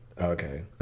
Okay